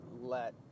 let